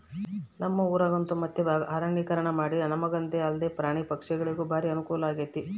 ನಮ್ಮ ಊರಗಂತೂ ಮತ್ತೆ ಅರಣ್ಯೀಕರಣಮಾಡಿ ನಮಗಂದೆ ಅಲ್ದೆ ಪ್ರಾಣಿ ಪಕ್ಷಿಗುಳಿಗೆಲ್ಲ ಬಾರಿ ಅನುಕೂಲಾಗೆತೆ